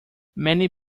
many